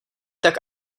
tak